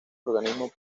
organismos